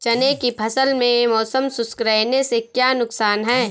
चने की फसल में मौसम शुष्क रहने से क्या नुकसान है?